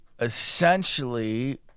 essentially